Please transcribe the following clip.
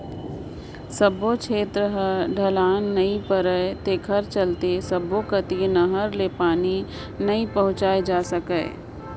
सब्बो छेत्र ह ढलान नइ परय तेखर चलते सब्बो कति नहर ले पानी नइ पहुंचाए जा सकय